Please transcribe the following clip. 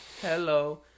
Hello